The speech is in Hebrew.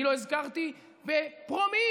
אני לא הזכרתי בפרומיל